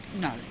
No